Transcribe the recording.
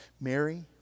Mary